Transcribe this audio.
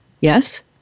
Yes